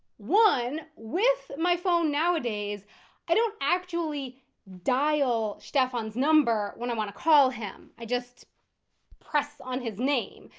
one with my phone nowadays i don't actually dial stefan's number when i want to call him. i just press on his name.